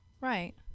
Right